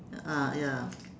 ah ya